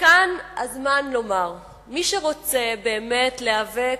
וכאן הזמן לומר, מי שרוצה באמת להיאבק